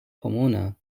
pomona